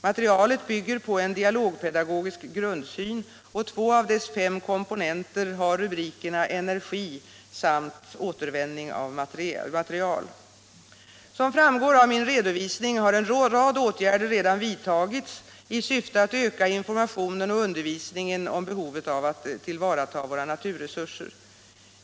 Materialet bygger på en dialogpedagogisk grundsyn och två naturresurserna av dess fem komponenter har rubrikerna Energi samt Återanvändning av material. Som framgår av min redovisning har en rad åtgärder redan vidtagits i syfte att öka informationen och undervisningen om behovet att tillvarata våra naturresurser.